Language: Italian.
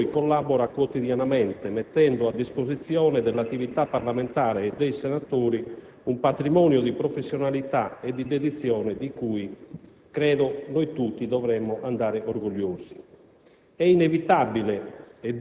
ed a tutto il personale che con noi collabora quotidianamente, mettendo a disposizione dell'attività parlamentare e dei senatori un patrimonio di professionalità e di dedizione di cui credo noi tutti dovremmo andare orgogliosi.